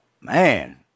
Man